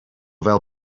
fel